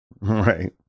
right